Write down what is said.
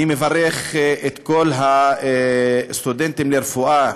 אני מברך את כל הסטודנטים לרפואה.